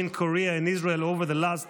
Korea and Israel over the last decades,